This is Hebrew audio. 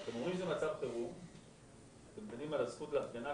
אבל אתם אומרים שזה מצב חירום ואתם מדברים על הזכות להפגנה,